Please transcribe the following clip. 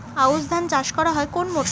আউশ ধান চাষ করা হয় কোন মরশুমে?